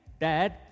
Dad